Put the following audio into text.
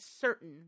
certain